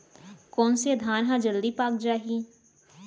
कोन से धान ह जलदी पाक जाही?